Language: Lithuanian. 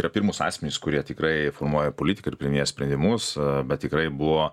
yra pirmus asmenis kurie tikrai formuoja politiką ir priiminėja sprendimus bet tikrai buvo